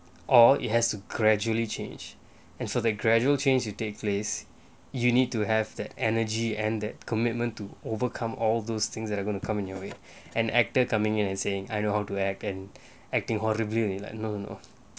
or it has to gradually change and for the gradual change totake place you need to have that energy and that commitment to overcome all those things that are going to come your way an actor coming in and saying I know how to act and acting horribly like no no no